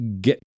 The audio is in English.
get